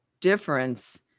difference